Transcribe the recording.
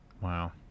Wow